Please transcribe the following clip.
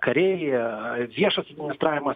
kariai viešas administravimas